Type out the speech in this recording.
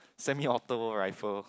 semi auto rifle